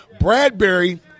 Bradbury